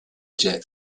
jet